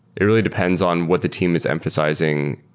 it really depends on what the team is emphasizing,